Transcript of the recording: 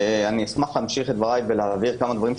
אשמח להמשיך את דבריי ולהבהיר כמה דברים.